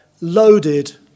loaded